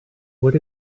what